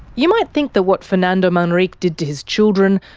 you might think that what fernando manrique did to his children,